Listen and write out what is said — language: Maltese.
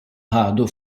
ħadu